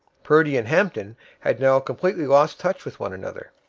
purdy and hampton had now completely lost touch with one another.